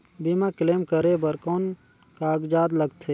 बीमा क्लेम करे बर कौन कागजात लगथे?